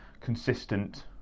consistent